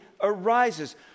arises